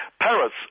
Paris